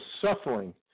suffering